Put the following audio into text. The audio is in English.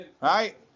Right